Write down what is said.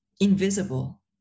invisible